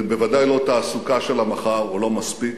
ובוודאי לא תעסוקה של המחר או לא מספיק,